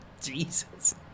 Jesus